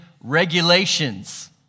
regulations